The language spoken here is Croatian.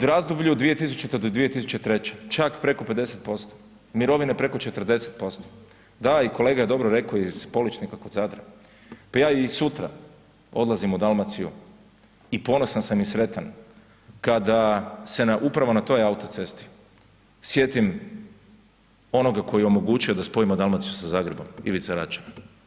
U razdoblju od 2000. do 2003. čak preko 50%, mirovine preko 40%, da i kolega je dobro reko iz Poličnika kod Zadra, pa ja i sutra odlazim u Dalmaciju i ponosan sam i sretan kada se upravo na toj autocesti sjetim onoga koji je omogućio da spojimo Dalmaciju sa Zagrebom, Ivica Račan.